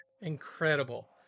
Incredible